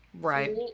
Right